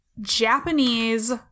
Japanese